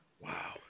Wow